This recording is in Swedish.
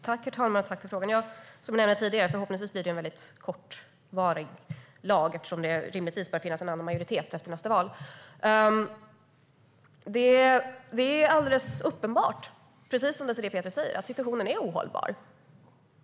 Herr talman! Tack för frågan, Désirée Pethrus! Som jag sa tidigare blir det förhoppningsvis en kortvarig lag eftersom det rimligtvis bör finnas en annan majoritet efter nästa val. Det är uppenbart att situationen är ohållbar.